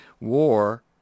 War